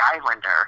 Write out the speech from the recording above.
islander